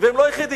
והם לא היחידים.